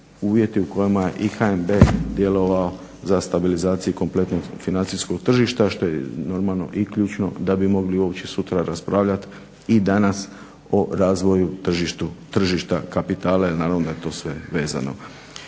uvjeti u kojima je i HNB djelovao za stabilizaciju kompletnog financijskog tržišta što je normalno i ključno da bi mogli uopće sutra raspravljat i danas o razvoju tržišta kapitala, jer naravno da je to sve vezano.